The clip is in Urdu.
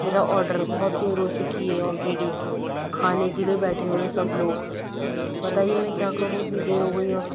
میرا آڈر بہت دیر ہو چکی ہے آلریڈی کھانے کے لئے بیٹھے ہوئے ہیں سب لوگ بتائیے میں کیا کروں اتنی دیر ہوگئی اور